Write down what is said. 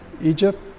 Egypt